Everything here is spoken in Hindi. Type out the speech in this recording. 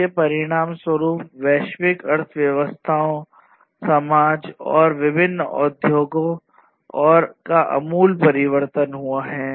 इसके परिणामस्वरूप वैश्विक अर्थव्यवस्थाओं समाजऔर विभिन्न उद्योगों के आमूल परिवर्तन हुआ है